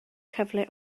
cyfle